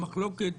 המחלוקת,